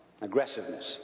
aggressiveness